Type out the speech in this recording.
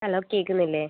hello കേൾക്കുന്നില്ലേ